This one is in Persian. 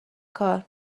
کار